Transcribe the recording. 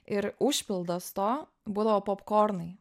ir užpildas to būdavo popkornai